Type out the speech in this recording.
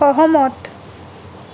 সহমত